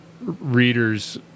readers